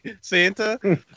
Santa